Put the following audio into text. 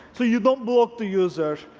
so you don't block the user,